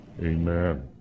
Amen